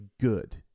good